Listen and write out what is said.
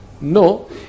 No